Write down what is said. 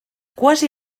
quasi